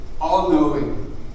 all-knowing